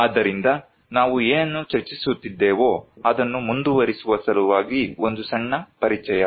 ಆದ್ದರಿಂದ ನಾವು ಏನನ್ನು ಚರ್ಚಿಸುತ್ತಿದ್ದೆವೋ ಅದನ್ನು ಮುಂದುವರೆಸುವ ಸಲುವಾಗಿ ಒಂದು ಸಣ್ಣ ಪರಿಚಯ